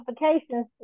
notifications